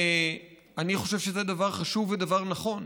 ואני חושב שזה דבר חשוב ודבר נכון.